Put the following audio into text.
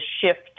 shift